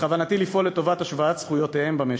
בכוונתי לפעול לטובת השוואת זכויותיהם במשק.